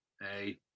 Hey